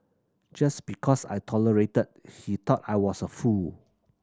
just because I tolerated he thought I was a fool